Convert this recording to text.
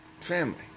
family